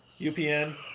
UPN